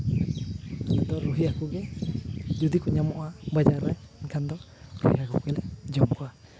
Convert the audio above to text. ᱟᱞᱮ ᱫᱚ ᱨᱩᱭ ᱦᱟᱹᱠᱩ ᱜᱮ ᱡᱩᱫᱤ ᱠᱚ ᱧᱟᱢᱚᱜᱼᱟ ᱵᱟᱡᱟᱨ ᱨᱮ ᱮᱱᱠᱷᱟᱱ ᱫᱚ ᱨᱩᱭ ᱦᱟᱹᱠᱩ ᱜᱮᱞᱮ ᱡᱚᱢ ᱠᱚᱣᱟ